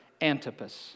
Antipas